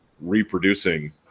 reproducing